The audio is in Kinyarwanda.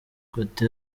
kubaka